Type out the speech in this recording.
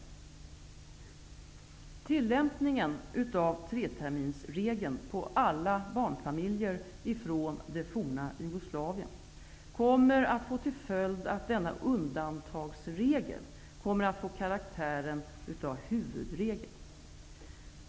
Tillämpningen av treterminsregeln på alla barnfamiljer från det forna Jugoslavien kommer att få till följd att denna undantagsregel kommer att få karaktären av huvudregel.